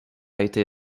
été